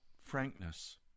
frankness